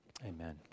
Amen